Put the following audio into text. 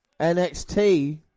NXT